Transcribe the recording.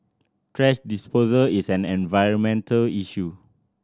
thrash disposal is an environmental issue